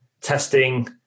testing